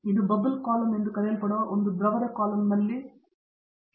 ಒಂದು bubble column ಎಂದು ಕರೆಯಲ್ಪಡುವ ಒಂದು ದ್ರವದ ಕಾಲಮ್ನಲ್ಲಿ ಖರ್ಚುಮಾಡಲಾಗಿದೆ